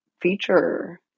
feature